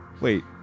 Wait